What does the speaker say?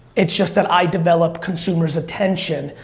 it's just that i develop consumer's attention,